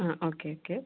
ആ okay okay